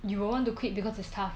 you will want to quit because it's tough